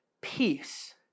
peace